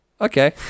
Okay